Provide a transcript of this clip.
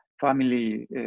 family